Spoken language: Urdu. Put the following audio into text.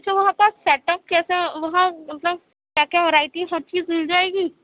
اچھا وہاں کا سیٹ اپ کیسا وہاں مطلب کیا کیا ورائٹیز ہر چیز مل جائے گی